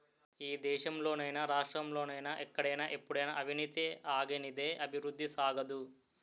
ఈ దేశంలో నైనా రాష్ట్రంలో నైనా ఎక్కడైనా ఎప్పుడైనా అవినీతి ఆగనిదే అభివృద్ధి సాగదు